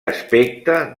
aspecte